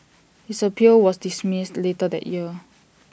his appeal was dismissed later that year